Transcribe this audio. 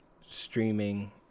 streaming